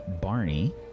Barney